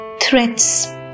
threats